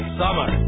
summer